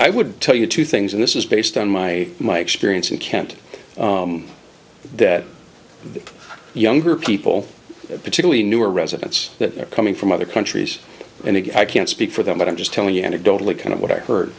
i would tell you two things and this is based on my my experience and can't that younger people particularly newer residents that they're coming from other countries and again i can't speak for them but i'm just telling you anecdotally kind of what i heard